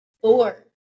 four